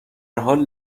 حال